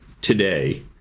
today